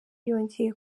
yongeye